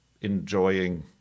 enjoying